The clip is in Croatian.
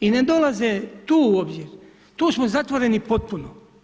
I ne dolaze tu obzir, tu smo zatvoreni potpuno.